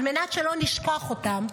על מנת שלא נשכח אותם,